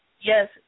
Yes